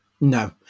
No